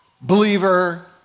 believer